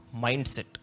mindset